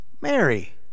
Mary